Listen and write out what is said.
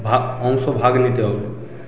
ভাগ অংশ ভাগ নিতে হবে